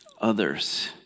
others